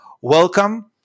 Welcome